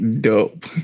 Dope